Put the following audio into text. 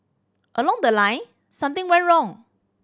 along the line something went wrong